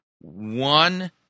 One